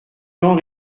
temps